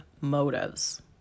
motives